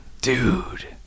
dude